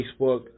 Facebook